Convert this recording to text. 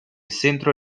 centro